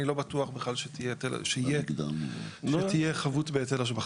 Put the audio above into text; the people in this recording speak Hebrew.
לא בטוח בכלל שתהיה חבות בהיטל השבחה.